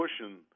pushing